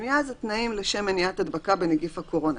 בפנימייה הם תנאים לשם מניעת הדבקה בנגיף הקורונה.